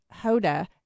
Hoda